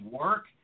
work